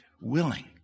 Willing